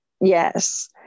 Yes